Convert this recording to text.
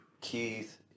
Keith